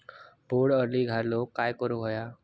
बोंड अळी घालवूक काय करू व्हया?